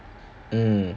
mm